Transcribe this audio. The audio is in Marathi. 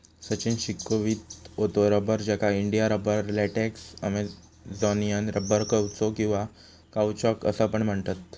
सचिन शिकवीत होतो रबर, ज्याका India rubber, latex, Amazonian rubber, कौचो किंवा काउचॉक असा पण म्हणतत